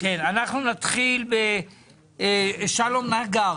אנחנו נתחיל בשלום נגר